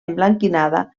emblanquinada